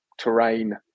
terrain